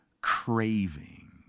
craving